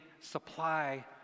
supply